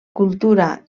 cultura